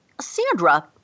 Sandra